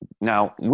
Now